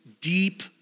deep